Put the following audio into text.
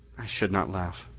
i should not laugh.